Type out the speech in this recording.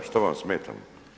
Šta vam smetamo?